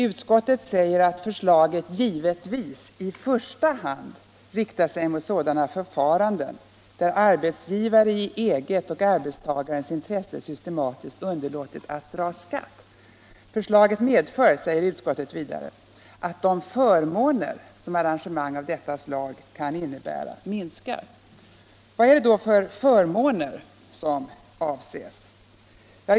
Utskottet säger att förslaget givetvis i första hand riktar sig mot sådana förfaranden där arbetsgivare i eget och arbetstagarens intresse systematiskt underlåtit att dra skatt. Förslaget medför, säger utskottet vidare, att de förmåner som arrangemang av detta slag kan innebära minskar. Vad är det då för förmåner som avses?